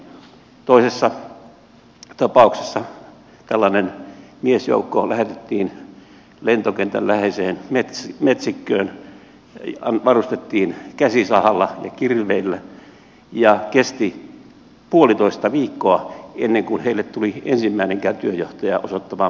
toisessa tapauksessa tällainen miesjoukko lähetettiin lentokentän läheiseen metsikköön varustettiin käsisahalla ja kirveillä ja kesti puolitoista viikkoa ennen kuin heille tuli ensimmäinenkään työnjohtaja osoittamaan mitä siellä tehdään